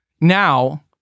now